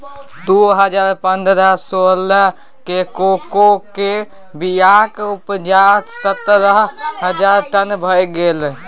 दु हजार पनरह सोलह मे कोको केर बीयाक उपजा सतरह हजार टन भए गेलै